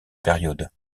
période